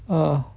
ah